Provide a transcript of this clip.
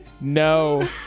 No